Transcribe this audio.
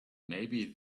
maybe